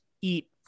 eat